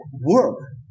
work